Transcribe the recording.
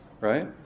right